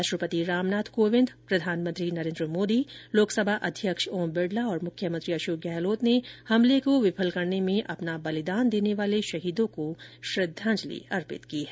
राष्ट्रपति रामनाथ कोविंद प्रधानमंत्री नरेन्द्र मोदी लोकसभा अध्यक्ष ओम बिडला और मुख्यमंत्री अशोक गहलोत ने हमले को विफल करने में अपना बलिदान देने वाले शहीदों को श्रद्धांजलि अर्पित की है